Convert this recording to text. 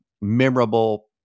memorable